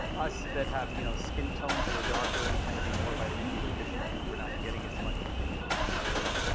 us that have you know skin tones that are darker, we tend to be more vitamin d deficient because we're not getting as much of the uvb rays.